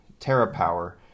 Terrapower